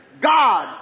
God